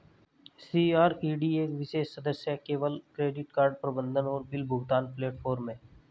CRED एक विशेष सदस्य केवल क्रेडिट कार्ड प्रबंधन और बिल भुगतान प्लेटफ़ॉर्म है